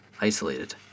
isolated